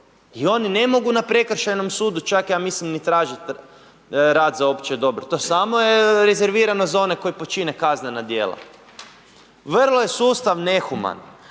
i oni ne mogu na prekršajnom sudu čak ja mislim ni tražit rad za opće dobro, to samo je rezervirano za one koji počine kaznena djela. Vrlo je sustav nehuman